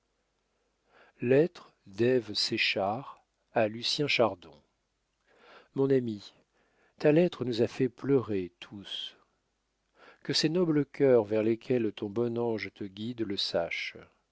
lettre d'ève séchard a lucien chardon mon ami ta lettre nous a fait pleurer tous que ces nobles cœurs vers lesquels ton bon ange te guide le sachent